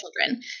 children